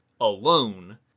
alone